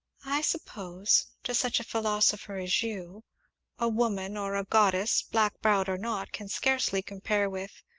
i suppose to such a philosopher as you a woman or a goddess, black-browed or not, can scarcely compare with,